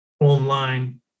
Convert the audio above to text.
online